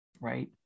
right